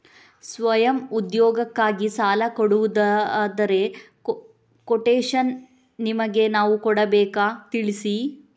ಸ್ವಯಂ ಉದ್ಯೋಗಕ್ಕಾಗಿ ಸಾಲ ಕೊಡುವುದಾದರೆ ಕೊಟೇಶನ್ ನಿಮಗೆ ನಾವು ಕೊಡಬೇಕಾ ತಿಳಿಸಿ?